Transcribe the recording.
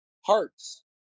hearts